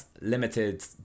limited